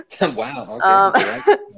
Wow